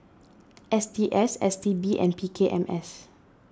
S T S S T B and P K M S